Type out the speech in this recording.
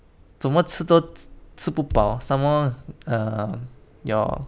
怎么吃都吃不饱 some more err your